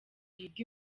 yiga